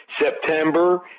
September